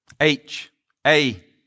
H-A